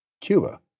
Cuba